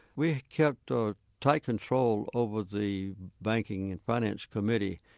we kept ah tight control over the banking and finance committee.